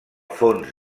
fons